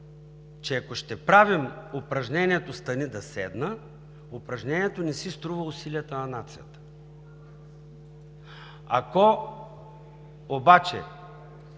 че ако ще правим упражнението „стани да седна“, упражнението не си струва усилието на нацията. Ако обаче